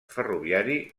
ferroviari